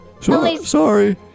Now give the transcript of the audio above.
Sorry